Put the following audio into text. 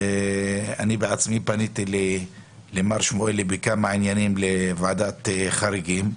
פניתי למר שמואלי בכמה עניינים לוועדת חריגים.